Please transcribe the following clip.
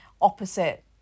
opposite